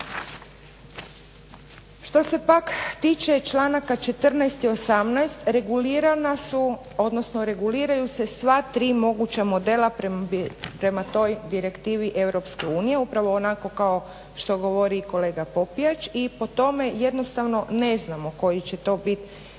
Što se pak tiče članaka 14. i 18. reguliraju se sva tri moguća modela prema toj direktivi Europske unije upravo onako kao što govori i kolega Popijač i po tome jednostavno ne znamo koji će to bit